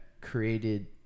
created